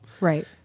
right